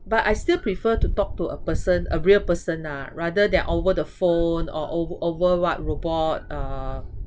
but I still prefer to talk to a person a real person lah rather than over the phone or o~ over what robot uh